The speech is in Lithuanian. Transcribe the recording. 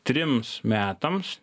trims metams